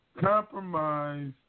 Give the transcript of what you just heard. Compromise